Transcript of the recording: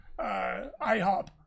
IHOP